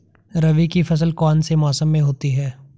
रबी की फसल कौन से मौसम में होती है?